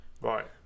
Right